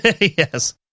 Yes